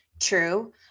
true